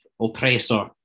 oppressor